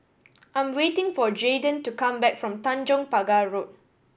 I am waiting for Jaeden to come back from Tanjong Pagar Road